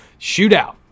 shootout